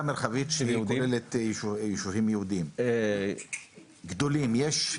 ועדה מרחבית שכוללת ישובים יהודיים גדולים, יש?